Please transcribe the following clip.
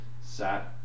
sat